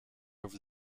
over